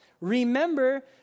Remember